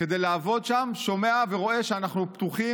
כדי לעבוד שם שומע ורואה שאנחנו פתוחים